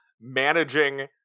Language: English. managing